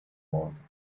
was